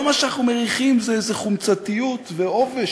כל מה שאנחנו מריחים זה חומצתיות ועובש.